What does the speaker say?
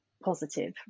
positive